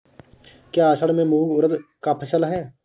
क्या असड़ में मूंग उर्द कि फसल है?